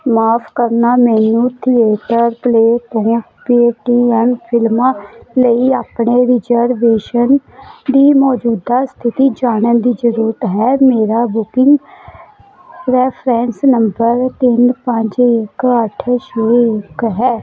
ਮਾਫ ਕਰਨਾ ਮੈਨੂੰ ਥੀਏਟਰ ਪਲੇ ਤੋਂ ਪੇਟੀਐਮ ਫਿਲਮਾਂ ਲਈ ਆਪਣੇ ਰਿਜ਼ਰਵੇਸ਼ਨ ਦੀ ਮੌਜੂਦਾ ਸਥਿਤੀ ਜਾਣਨ ਦੀ ਜ਼ਰੂਰਤ ਹੈ ਮੇਰਾ ਬੁਕਿੰਗ ਰੈਫਰੈਂਸ ਨੰਬਰ ਤਿੰਨ ਪੰਜ ਇੱਕ ਅੱਠ ਛੇ ਇੱਕ ਹੈ